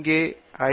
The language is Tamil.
இங்கே ஐ